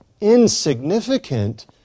insignificant